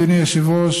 אדוני היושב-ראש,